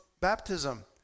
baptism